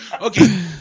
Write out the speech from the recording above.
Okay